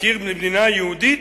להכיר במדינה יהודית,